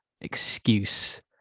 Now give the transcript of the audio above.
excuse